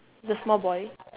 the small boy